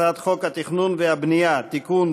הצעת חוק התכנון והבנייה (תיקון,